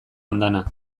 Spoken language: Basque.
andana